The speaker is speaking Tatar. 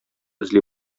эзли